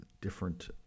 different